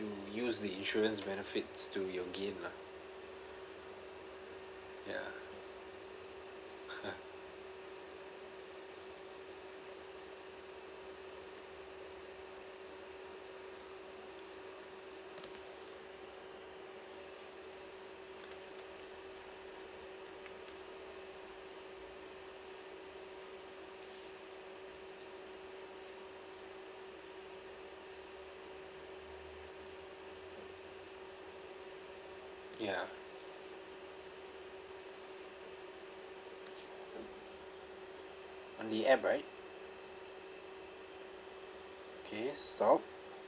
you use the insurance benefits to your gain lah ya ya on the app right okay stop